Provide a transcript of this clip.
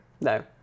No